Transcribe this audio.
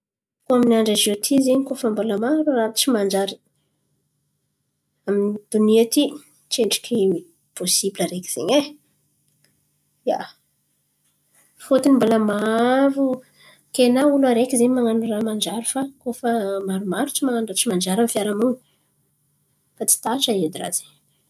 Kô amin'ny andra ziôty zen̈y koa fa mbola maro raha tsy manjary amy donia ty, tsy endriky pôsibla araiky zen̈y e. Ia, fôtony mbala maro ke na olo araiky zen̈y man̈ano raha manjary. Fa koa fa maromaro tsy man̈ano raha tsy manjary amin'ny fiaraha-monin̈y, fa tsy tatra edy raha zen̈y.